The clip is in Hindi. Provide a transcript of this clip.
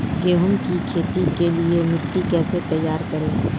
गेहूँ की खेती के लिए मिट्टी कैसे तैयार करें?